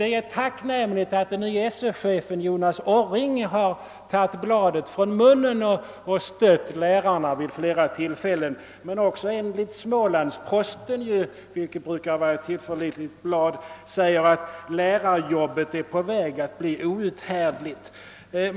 Det är tacknämligt att den nye Sö-chefen Jonas Orring nu har tagit bladet från munnen och stöttat lärarna vid flera tillfällen. Smålandsposten — som brukar vara en tillförlitlig tidning — skriver att lärarjobbet är på väg att bli outhärdligt.